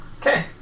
Okay